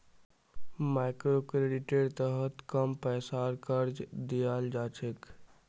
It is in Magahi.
मइक्रोक्रेडिटेर तहत कम पैसार कर्ज दियाल जा छे